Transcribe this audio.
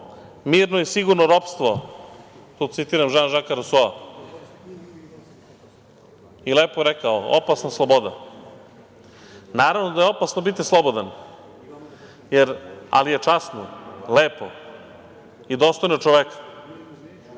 mirno i sigurno ropstvo", tu citiram Žan Žaka Rusoa i lepo je rekao "opasna sloboda". Naravno da je opasno biti slobodan, ali je časno, lepo i dostojno čoveka